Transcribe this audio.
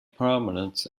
prominence